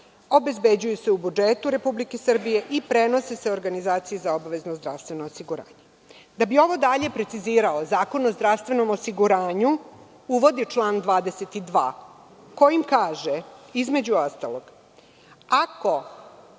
obezbeđuju se u budžetu Republike Srbije i prenose se organizaciji za obavezno zdravstveno osiguranje. Da bi ovo dalje precizirao Zakon o zdravstvenom osiguranju uvodi član 22. kojim kaže, između ostalog,